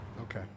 Okay